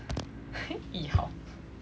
yee hao